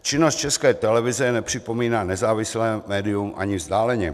Činnost České televize nepřipomíná nezávislé médium ani vzdáleně.